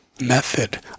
method